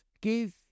give